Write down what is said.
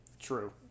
True